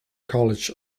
college